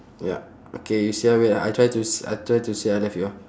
ya okay you see ah wait ah I try to s~ I try to say I love you ah